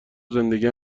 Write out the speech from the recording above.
زندگی